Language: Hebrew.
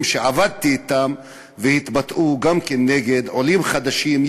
שעבדתי אתם והם התבטאו גם נגד עולים חדשים,